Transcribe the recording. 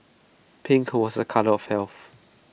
pink was A colour of health